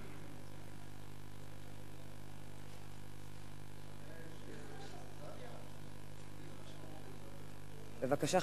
בבקשה,